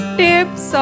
tips